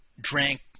drank